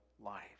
life